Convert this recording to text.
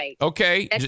okay